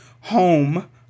home